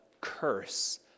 curse